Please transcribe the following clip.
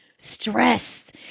stress